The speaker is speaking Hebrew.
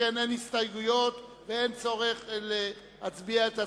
שכן אין הסתייגויות ואין צורך להצביע את הסעיפים.